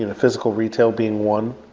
and physical retail being one.